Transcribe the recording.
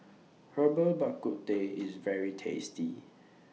Herbal Bak Ku Teh IS very tasty